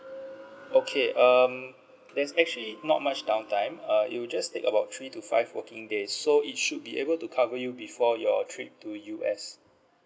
okay um there's actually not much down time uh you'll just take about three to five working days so it should be able to cover you before your trip to U_S